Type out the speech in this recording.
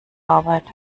arbeit